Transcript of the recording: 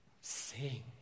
sing